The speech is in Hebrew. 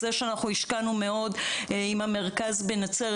זה שהשקענו מאוד עם המרכז בנצרת,